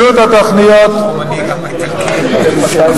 לחרדים, לחרדים.